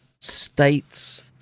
states